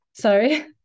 Sorry